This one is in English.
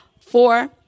Four